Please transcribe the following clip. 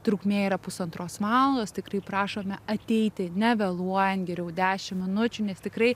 trukmė yra pusantros valandos tikrai prašome ateiti nevėluojant geriau dešim minučių nes tikrai